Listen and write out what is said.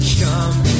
come